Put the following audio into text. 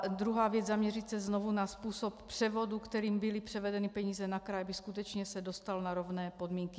A druhá věc, zaměřit se znovu na způsob převodu, kterým byly převedeny peníze na kraje, aby se skutečně dostalo na rovné podmínky.